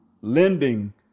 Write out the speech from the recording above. lending